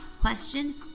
question